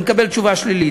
נקבל תשובה שלילית.